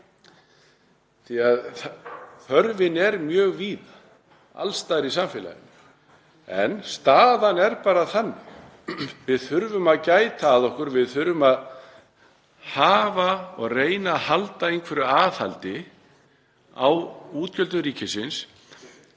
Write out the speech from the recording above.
því að þörfin er mjög víða, alls staðar í samfélaginu. En staðan er bara þannig að við þurfum að gæta að okkur. Við þurfum að reyna að halda einhverju aðhaldi á útgjöldum ríkisins